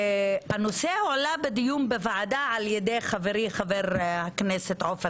הנושא הועלה בדיון בוועדה על ידי חברי חבר הכנסת עופר